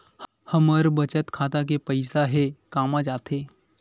हमर बचत खाता के पईसा हे कामा जाथे?